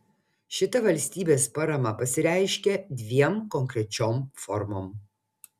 šita valstybės parama pasireiškia dviem konkrečiom formom